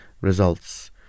results